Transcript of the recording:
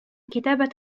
كتابة